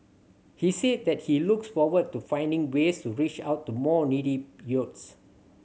he said that he looks forward to finding ways to reach out to more needy youths